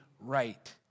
right